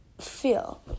feel